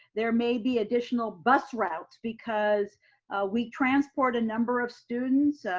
there may be additional bus routes because we transport a number of students.